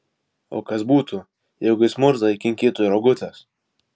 o kas būtų jeigu jis murzą įkinkytų į rogutes